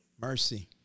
Mercy